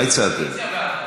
מה הצעתם?